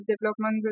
development